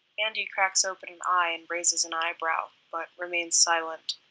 andy cracks open an eye and raises an eyebrow, but remains silent.